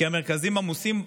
כי במקומות שהמרכזים קיימים,